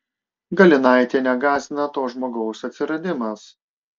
galinaitienę gąsdina to žmogaus atsiradimas